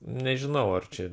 nežinau ar čia